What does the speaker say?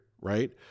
Right